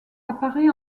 apparaît